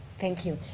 thank you.